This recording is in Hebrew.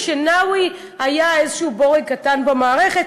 היא שנאווי היה איזה בורג קטן במערכת.